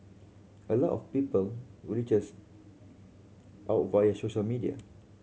a lot of people reach us out via social media